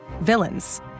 villains